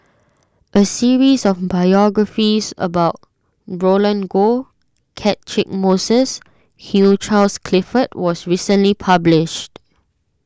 a series of biographies about Roland Goh Catchick Moses and Hugh Charles Clifford was recently published